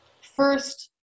first